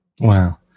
wow